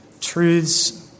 truths